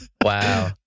Wow